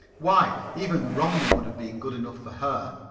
why, even romney would have been good enough for her.